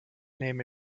nehme